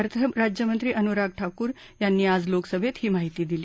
अर्थराज्यमंत्री अनुराग ठाकूर यांनी आज लोकसभत्तही माहिती दिली